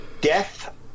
Death